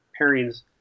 Pairings